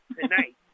tonight